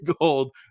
Gold